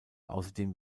außerdem